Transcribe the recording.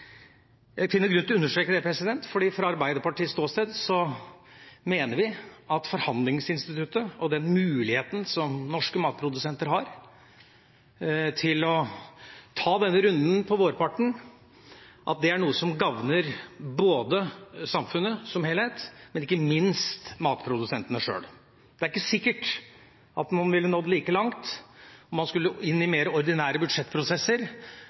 Jeg finner grunn til å understreke det, for fra Arbeiderpartiets ståsted mener vi at forhandlingsinstituttet og den muligheten som norske matprodusenter har til å ta denne runden på vårparten, er noe som gagner både samfunnet som helhet og ikke minst matprodusentene sjøl. Det er ikke sikkert at man ville nådd like langt om man skulle inn i mer ordinære budsjettprosesser